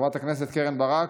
חברת הכנסת קרן ברק,